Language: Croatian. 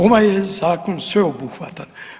Ovaj je zakon sveobuhvatan.